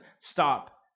stop